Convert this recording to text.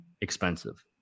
expensive